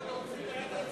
בנימין בגין,